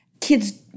kids